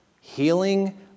healing